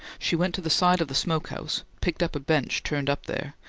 she went to the side of the smoke house, picked up a bench turned up there,